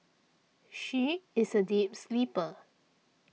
she is a deep sleeper